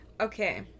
Okay